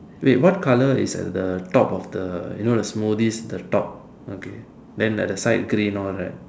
wait what colour is at the top of the you know the smoothie the top okay then at the side green all right